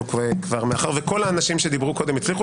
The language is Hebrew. אבל מאחר שכל האנשים שדיברו קודם הצליחו